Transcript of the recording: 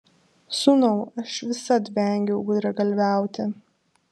sūnau aš visad vengiau gudragalviauti